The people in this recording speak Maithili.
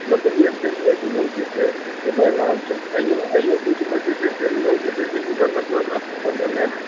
एहिमे एक से एक लोक जे छै से बढ़ि रहल छै एहिओ बीचमे जे छै से लोक जे छै से इण्टरनेशनल लेवल पर गेलै हँ